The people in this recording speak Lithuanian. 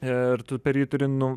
ir tu per jį turi nu